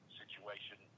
situation